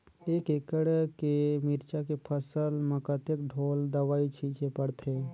एक एकड़ के मिरचा के फसल म कतेक ढोल दवई छीचे पड़थे?